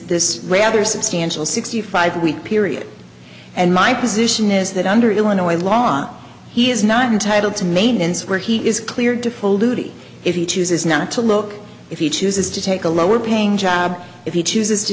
this rather substantial sixty five week period and my position is that under illinois law he is not entitled to maintenance where he is cleared to full duty if he chooses not to look if he chooses to take a lower paying job if he chooses to